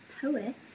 poet